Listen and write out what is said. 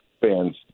fans